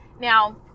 Now